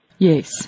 Yes